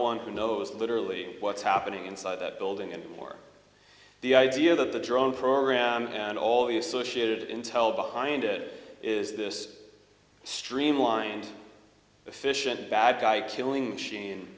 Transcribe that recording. one who knows literally what's happening inside that building and or the idea that the drone program and all the associated intel behind it is this streamlined efficient bad guy killing machine